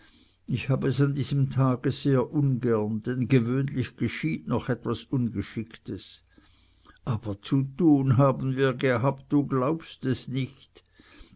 hinein habe es an diesem tage sehr ungern denn gewöhnlich geschieht noch was ungeschicktes aber zu tun haben wir gehabt du glaubst es nicht